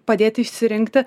padėti išsirinkti